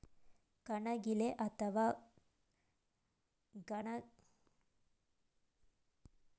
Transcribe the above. ಗಣಗಿಲೆ ಅಥವಾ ಕಣಗಿಲೆ ಜನ ಸಾಮಾನ್ಯರ ಹೂ ಇದು ಗ್ರಾಮೀಣ ಪ್ರದೇಶದಲ್ಲಿ ತೊರೆ ಹಳ್ಳದಲ್ಲಿ ಬೆಳಿತದೆ